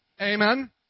Amen